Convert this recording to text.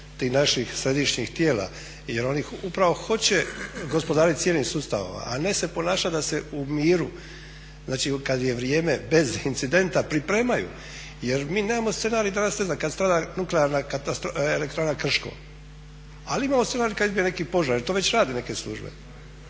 tih naših središnjih tijela, jer oni upravo hoće gospodariti cijelim sustavom, a ne se ponašati da se u miru, znači kad je vrijeme bez incidenta pripremaju. Jer mi nemamo scenarij danas ne znam kad strada nuklearna elektrana Krško ali imamo scenarij kad izbije neki požar, i to već rade neke službe.